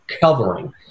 covering